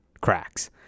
cracks